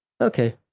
okay